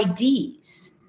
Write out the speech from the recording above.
IDs